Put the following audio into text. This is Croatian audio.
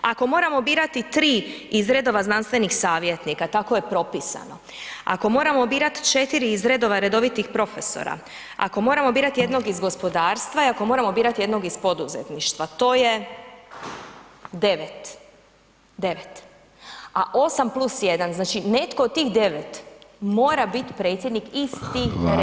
Ako moramo birati 3 iz redova znanstvenih savjetnika, tako je propisano, ako moramo birati 4 iz redova redovitih profesora, ako moramo birati jednog iz gospodarstva i ako moramo birati jednog iz poduzetništva, to je 9. A 8 plus 1, znači netko od tih 9 mora biti predsjednik iz tih redova.